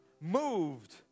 moved